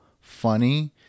funny